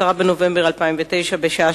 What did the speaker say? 10 בנובמבר 2009, בשעה